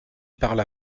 parla